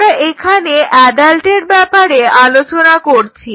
আমরা এখানে অ্যাডাল্টের ব্যাপারে আলোচনা করছি